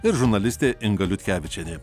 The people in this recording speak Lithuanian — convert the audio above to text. ir žurnalistė inga liutkevičienė